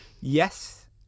Yes